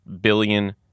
billion